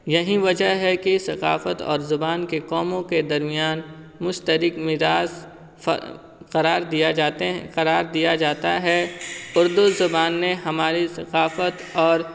یہی وجہ ہے کہ ثقافت اور زبان کے قوموں کے درمیان مشترک مزاج فرار دیا جاتے ہیں قرار دیا جاتا ہے اردو زبان نے ہماری ثقافت اور